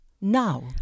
now